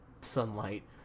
sunlight